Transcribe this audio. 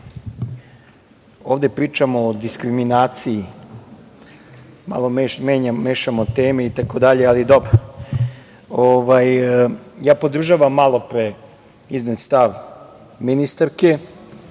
ovde pričamo o diskriminaciji, malo mešamo teme, ali dobro. Ja podržavam malo pre iznet stav ministarke